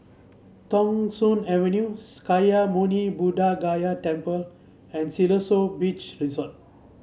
Thong Soon Avenue Sakya Muni Buddha Gaya Temple and Siloso Beach Resort